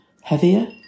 heavier